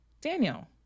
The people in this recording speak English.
Daniel